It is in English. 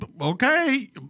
okay